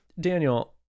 Daniel